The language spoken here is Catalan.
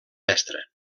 mestre